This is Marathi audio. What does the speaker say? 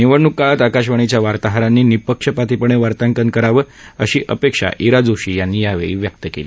निवडणूक काळात आकाशवाणीच्या वार्ताहरांनी निःपक्षपातीपणे वार्तांकन करावे अशी अपेक्षा इरा जोशी यांनी यावेळी व्यक्त केली